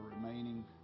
remaining